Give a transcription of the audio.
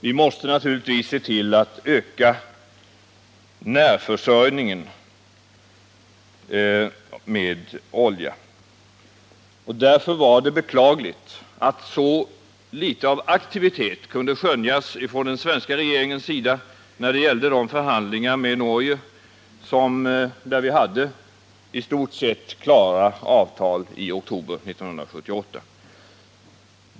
Vi måste naturligtvis se till att öka närförsörjningen med olja. Därför var det beklagligt att så litet av aktivitet kunde skönjas från den svenska regeringens sida när det gällde de förhandlingar med Norge som i oktober 1978 hade lett fram till i stort sett klara avtal.